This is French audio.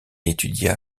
étudia